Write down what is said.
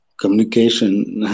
communication